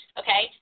okay